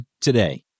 today